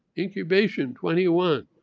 incubation twenty one.